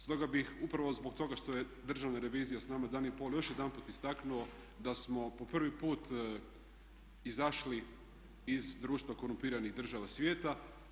Stoga bih upravo zbog toga što je Državna revizija s nama dan i pol još jedanput istaknuo da smo po prvi put izašli iz društva korumpiranih država svijeta.